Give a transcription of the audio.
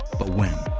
but when.